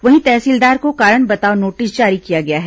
वहीं तहसीलदार को कारण बताओ नोटिस जारी किया गया है